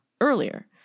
earlier